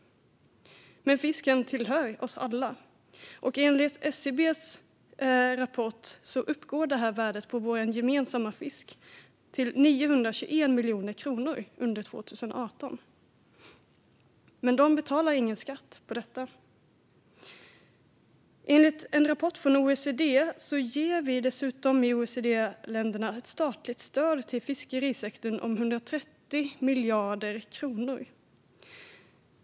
Men fisken tillhör oss alla. Enligt SCB uppgick värdet av vår gemensamma fisk till 921 miljoner kronor under 2018. Men företaget betalar ingen skatt på detta. Enligt en rapport från OECD ger OECD-länderna dessutom statligt stöd till fiskerisektorn om 130 miljarder kronor.